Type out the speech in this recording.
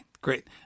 great